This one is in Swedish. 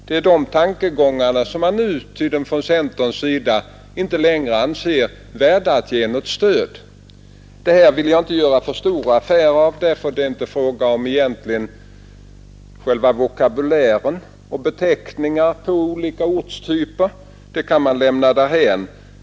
Det är de tankegångarna som centern tydligen inte längre anser värda att ge något stöd. Det här vill jag inte göra för stor affär av, för det är ju egentligen inte fråga om själva vokabulären, om beteckningen på olika ortstyper; sådant kan man lämna därhän.